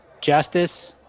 Justice